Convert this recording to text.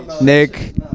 Nick